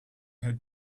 had